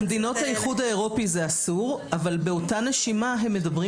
במדינות האיחוד האירופי זה אסור אבל באותה נשימה הם מדברים